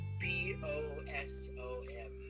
B-O-S-O-M